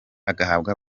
agahabwa